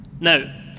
Now